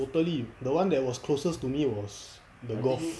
totally the one that was closest to me was the golf